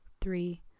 three